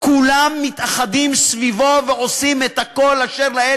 כולם מתאחדים סביבו ועושים את כל אשר לאל